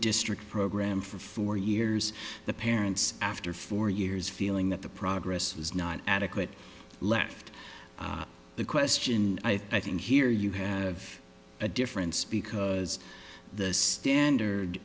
district program for four years the parents after four years feeling that the progress was not adequate left the question i think here you have a difference because the standard